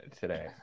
today